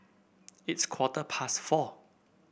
its quarter past four